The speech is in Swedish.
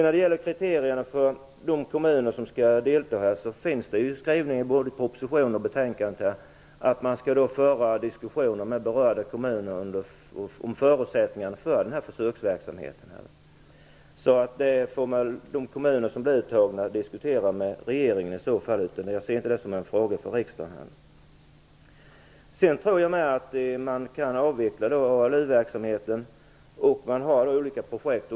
När det gäller kriterierna för de kommuner som skall delta finns det skrivningar i både propositionen och betänkandet om att man skall föra diskussioner med berörda kommuner om förutsättningarna för försöksverksamheten. Det får de kommuner som blir uttagna i så fall diskutera med regeringen. Jag ser inte det som en fråga för riksdagen. Jag tror att man kan avveckla ALU-verksamheten, och man har olika projekt.